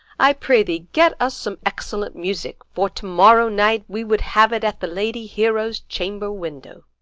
i pray thee, get us some excellent music, for to-morrow night we would have it at the lady hero's chamber-window.